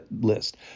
list